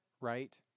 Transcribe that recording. right